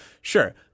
sure